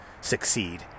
succeed